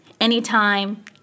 Anytime